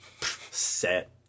set